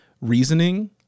reasoning